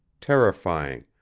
terrifying,